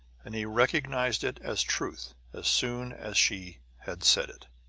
and he recognized it as truth, as soon as she had said it.